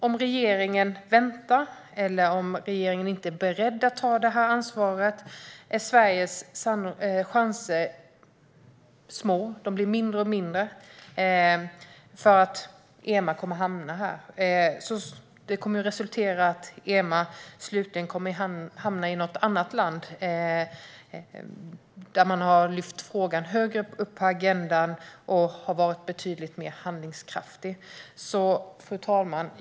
Om regeringen väntar eller om man inte är beredd att ta det här ansvaret är Sveriges chanser små, och de blir mindre och mindre, för att EMA kommer att hamna här. Det skulle resultera i att EMA slutligen hamnar i något annat land där man har lyft frågan högre upp på agendan och varit betydligt mer handlingskraftig. Fru talman!